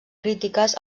crítiques